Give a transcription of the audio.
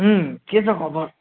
अँ के छ खबर